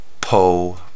Po